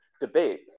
debate